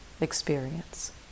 experience